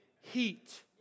heat